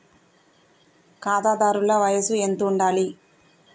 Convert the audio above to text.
ఖాతాదారుల వయసు ఎంతుండాలి?